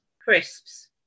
Crisps